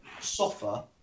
suffer